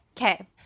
Okay